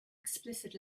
explicit